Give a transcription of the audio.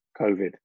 COVID